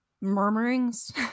murmurings